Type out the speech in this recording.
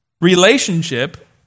relationship